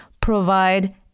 provide